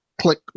click